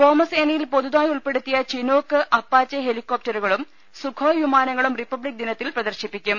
വ്യോമസേനയിൽ പുതുതായി ഉൾപ്പെടുത്തിയ Chinook Apache ഹെലികോപ്ടറുകളും സുഖ്ചോയ് പ്രിമാനങ്ങളും റിപ്പ ബ്ലിക് ദിനത്തിൽ പ്രദർശിപ്പിക്കും